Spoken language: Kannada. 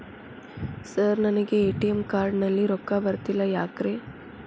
ಸರ್ ನನಗೆ ಎ.ಟಿ.ಎಂ ಕಾರ್ಡ್ ನಲ್ಲಿ ರೊಕ್ಕ ಬರತಿಲ್ಲ ಯಾಕ್ರೇ?